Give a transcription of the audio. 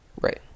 Right